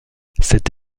cette